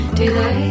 delay